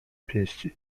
pięści